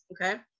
okay